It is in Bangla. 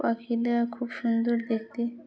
ঐ পাখিটা খুব সুন্দর দেখতে